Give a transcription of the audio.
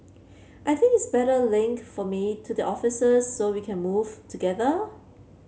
I think it's better link for me to the officers so we can move together